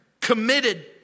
committed